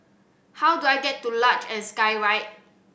how do I get to Luge and Skyride